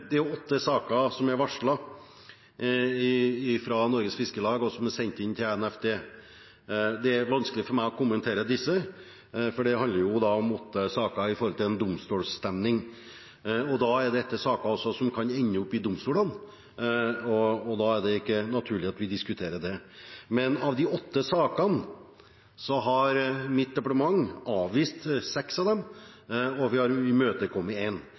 og fiskeridepartementet. Det er vanskelig for meg å kommentere disse, for det handler om åtte saker i en domstolsstevning. Dette er saker som også kan ende i domstolene, og da er det ikke naturlig at vi diskuterer dem. Men av de åtte sakene har mitt departement avvist seks, og vi har imøtekommet én. Den åttende av disse sakene har vi fortsatt til behandling. Det viser at vi har